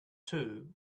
two